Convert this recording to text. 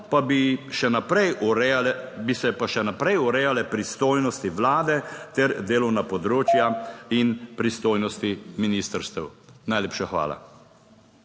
pa bi še naprej urejale pristojnosti Vlade ter delovna področja in pristojnosti ministrstev. Najlepša hvala.